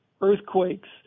earthquakes